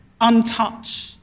untouched